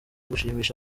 gushimisha